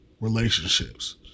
relationships